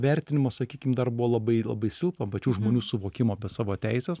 vertinimo sakykim dar buvo labai labai silpna pačių žmonių suvokimo apie savo teises